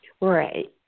Right